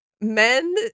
men